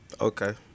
Okay